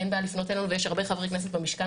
אין בעיה לפנות אלינו ויש הרבה חברי כנסת במשכן